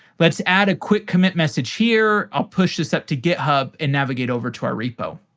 let's add a quick commit message here, i'll push this up to github, and navigate over to our repo.